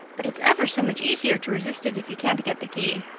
but it's ever so much easier to resist it if you can't get the key.